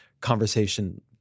conversation